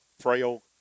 frail